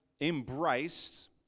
embraced